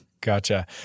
Gotcha